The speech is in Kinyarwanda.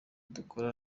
dukora